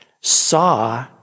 saw